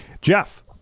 Jeff